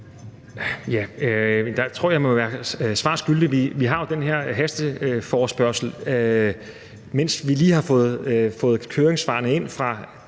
jeg, jeg må være spørgeren svar skyldig. Vi har jo den her hasteforespørgsel, mens vi lige har fået høringssvarene ind fra